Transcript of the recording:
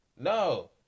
No